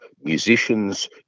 musicians